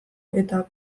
eta